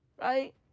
Right